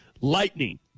Lightning